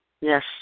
Yes